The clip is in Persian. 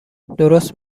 درست